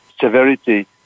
severity